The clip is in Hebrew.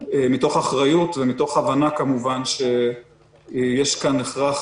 מתוך אחריות ומתוך הבנה כמובן שיש כאן הכרח